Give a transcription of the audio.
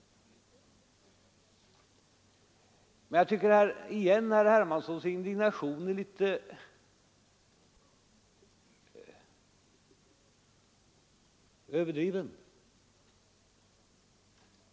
Jag tycker dock återigen att herr Hermanssons indignation är litet överdriven.